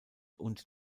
und